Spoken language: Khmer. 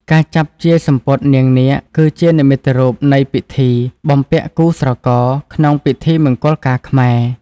ការចាប់ជាយសំពត់នាងនាគ គឺជានិមិត្តរូបនៃពិធី បំពាក់គូស្រករ ក្នុងពិធីមង្គលការខ្មែរ។